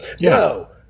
No